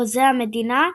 חוזה המדינה,